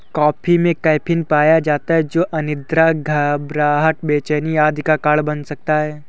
coffee में caffeine पाया जाता है जो अनिद्रा, घबराहट, बेचैनी आदि का कारण बन सकता है